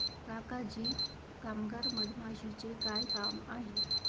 काका जी कामगार मधमाशीचे काय काम आहे